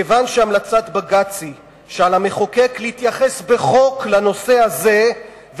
כיוון שהמלצת בג"ץ היא שעל המחוקק להתייחס בחוק לנושא הזה,